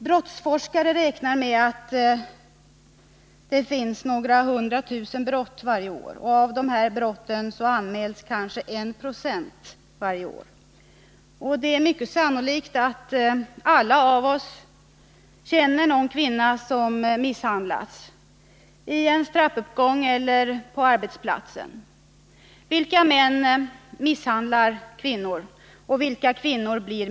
Brottsforskare räknar med att det begås några hundra tusen brott varje år. Av dessa anmäls kanske en procent. Det är mycket sannolikt att alla av oss känner någon kvinna som misshandlas — i ens trappuppgång eller på arbetsplatsen. Vilka män misshandlar kvinnor?